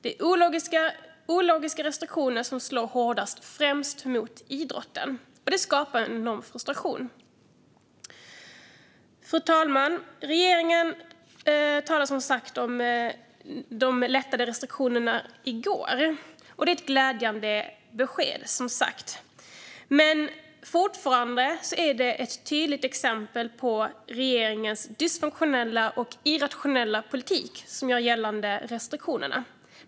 Det är ologiska restriktioner som slår hårdast mot främst idrotten, och det skapar enorm frustration. Fru talman! Regeringen talade som sagt i går om de lättade restriktionerna. Det är glädjande besked. Men det är fortfarande ett tydligt exempel på regeringens dysfunktionella och irrationella politik gällande restriktionerna.